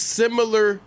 similar